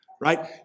right